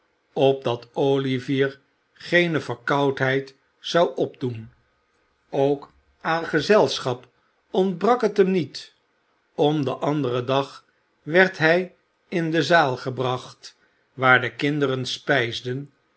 opdat olivier geene verkoudheid zou opdoen ook aan gezelschap ontbrak het hem niet om den anderen dag werd hij in de zaal gebracht waar de kinderen spijsden